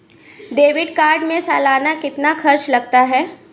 Debit card में सालाना कितना खर्च लगता है?